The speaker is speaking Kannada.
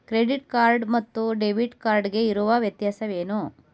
ಕ್ರೆಡಿಟ್ ಕಾರ್ಡ್ ಮತ್ತು ಡೆಬಿಟ್ ಕಾರ್ಡ್ ಗೆ ಇರುವ ವ್ಯತ್ಯಾಸವೇನು?